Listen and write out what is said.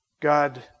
God